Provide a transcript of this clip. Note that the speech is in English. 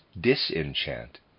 disenchant